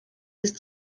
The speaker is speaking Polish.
jest